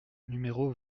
numéro